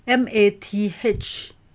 M A T H